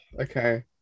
Okay